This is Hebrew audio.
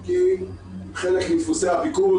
חלק מדפוסי הפיקוד,